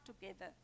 together